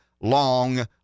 long